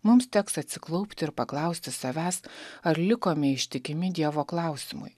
mums teks atsiklaupti ir paklausti savęs ar likome ištikimi dievo klausimui